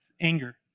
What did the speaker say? anger